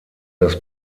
das